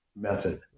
method